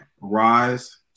rise